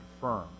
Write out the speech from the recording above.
firm